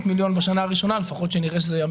לחוק התקציב כך שלפחות 700 מיליון שקל ילכו לסובסידיה,